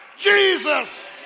Jesus